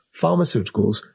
pharmaceuticals